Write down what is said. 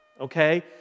okay